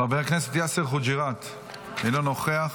חבר הכנסת יאסר חוג'יראת, אינו נוכח.